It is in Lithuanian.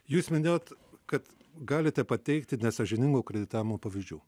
jūs minėjot kad galite pateikti nesąžiningo kreditavimo pavyzdžių